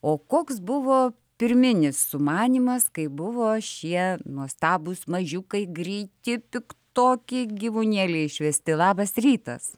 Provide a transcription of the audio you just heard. o koks buvo pirminis sumanymas kai buvo šie nuostabūs mažiukai greiti tik tokį gyvūnėlį išvesti labas rytas